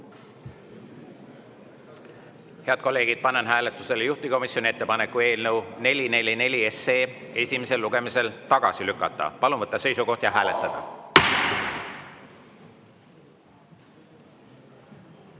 kolleegid, panen hääletusele juhtivkomisjoni ettepaneku eelnõu 444 esimesel lugemisel tagasi lükata. Palun võtta seisukoht ja hääletada!